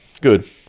Good